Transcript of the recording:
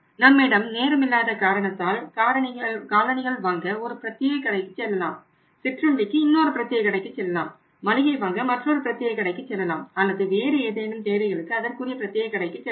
நம்மிடம் நேரமில்லாத காரணத்தால் காலணிகள் வாங்க ஒரு பிரத்தியேகக் கடைக்குச் செல்லலாம் சிற்றுண்டிக்கு இன்னொரு பிரத்தியேகக் கடைக்குச் செல்லலாம் மளிகை வாங்க மற்றொரு பிரத்தியேகக் கடைக்குச் செல்லலாம் அல்லது வேறு ஏதேனும் தேவைகளுக்கு அதற்குரிய பிரத்தியேகக் கடைக்குச் செல்லலாம்